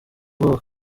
ubwoba